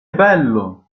bello